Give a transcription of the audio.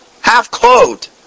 half-clothed